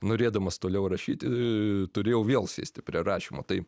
norėdamas toliau rašyti turėjau vėl sėsti prie rašymo tai